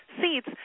seats